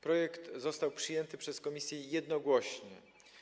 Projekt został przyjęty przez komisję jednogłośnie.